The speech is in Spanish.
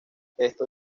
esto